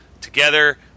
together